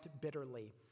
bitterly